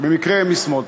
שבמקרה הם משמאל.